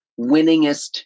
winningest